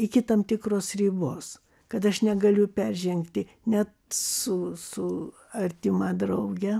iki tam tikros ribos kad aš negaliu peržengti net su su artima drauge